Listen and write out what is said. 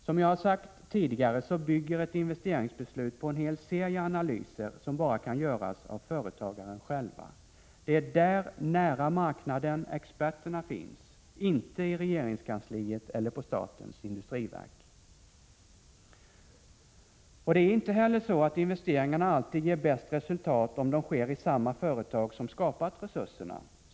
Som jag sagt tidigare bygger ett investeringsbeslut på en hel serie analyser, som bara kan göras av företagaren själv. Det är där, nära marknaden, experterna finns, inte i regeringskansliet eller på statens industriverk. Det är inte så att investeringar alltid ger det bästa resultatet om de sker i samma företag som skapat resurserna.